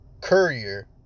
Courier